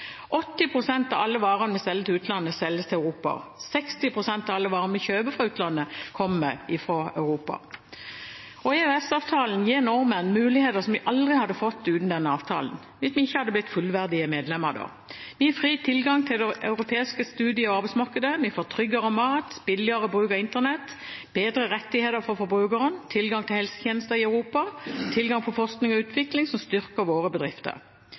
pst. av alle varene vi selger til utlandet, selges til Europa. 60 pst. av alle varene vi kjøper fra utlandet, kommer fra Europa. EØS-avtalen gir nordmenn muligheter som vi aldri hadde fått uten denne avtalen – hvis vi ikke hadde blitt fullverdige medlemmer, da! Vi har fri tilgang til det europeiske studie- og arbeidsmarkedet, vi får tryggere mat, billigere bruk av internett, bedre rettighet for forbrukerne, tilgang til helsetjenester i Europa, tilgang til forskning og utvikling som styrker våre bedrifter.